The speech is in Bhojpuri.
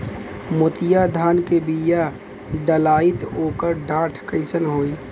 मोतिया धान क बिया डलाईत ओकर डाठ कइसन होइ?